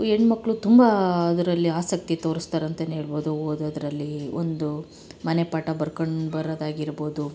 ಹೆಣ್ಮಕ್ಳು ತುಂಬ ಅದರಲ್ಲಿ ಆಸಕ್ತಿ ತೋರುಸ್ತಾರೆ ಅಂತನೇ ಹೇಳ್ಬೋದು ಓದೋದರಲ್ಲಿ ಒಂದು ಮನೆ ಪಾಠ ಬರ್ಕಂಡು ಬರೋದಾಗಿರ್ಬೋದು